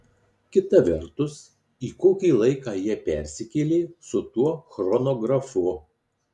kita vertus į kokį laiką jie persikėlė su tuo chronografu